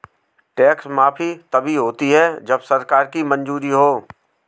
tax माफी तभी होती है जब सरकार की मंजूरी हो